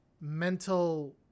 mental